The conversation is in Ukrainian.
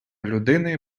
людини